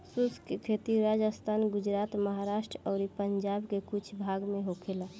शुष्क खेती राजस्थान, गुजरात, महाराष्ट्र अउरी पंजाब के कुछ भाग में होखेला